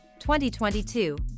2022